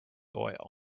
oil